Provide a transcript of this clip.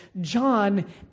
John